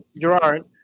Gerard